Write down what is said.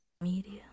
Media